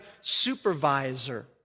supervisor